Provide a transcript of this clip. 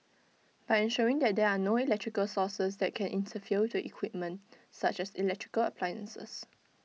by ensuring that there are no electrical sources that can interfere with the equipment such as electrical appliances